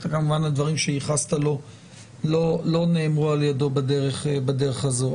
כמובן הדברים שייחסת לו לא נאמרו על ידו בדרך הזו.